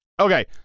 Okay